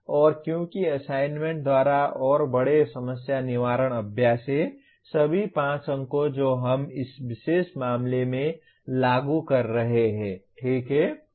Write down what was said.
और क्योंकि असाइनमेंट द्वारा और बड़े समस्या निवारण अभ्यास हैं सभी 5 अंक जो हम इस विशेष मामले में लागू कर रहे हैं ठीक है